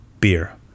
beer